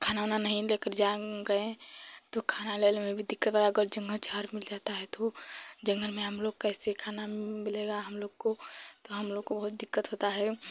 खाना उना नहीं लेकर जा गए तो खाना लेने में भी दिक्कत होगी कोई जंगल झाड़ मिल जाती है तो जंगल में हमलोग को कैसे खाना मिलेगा हमलोग को तो हमलोग को बहुत दिक्कत होती है